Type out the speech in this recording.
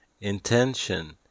Intention